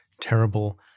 terrible